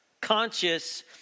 conscious